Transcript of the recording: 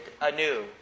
anew